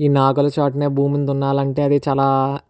ఈ నాగలి చాటున భూమిని దున్నాలంటే అది చాలా